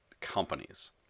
companies